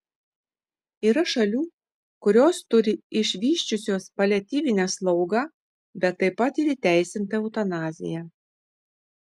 yra šalių kurios turi išvysčiusios paliatyvinę slaugą bet taip pat ir įteisintą eutanaziją